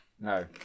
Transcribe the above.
No